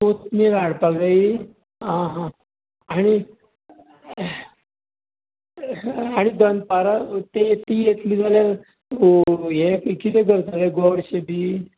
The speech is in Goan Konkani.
कोत्मीर हाडपाक जायी आं हां आनी आनी दनपारा तीं येतली जाल्यार हें कितें करपाचें गोडशें बी